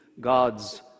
God's